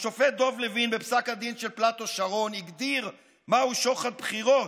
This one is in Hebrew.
השופט דב לוין הגדיר בפסק הדין של פלאטו שרון מהו שוחד בחירות.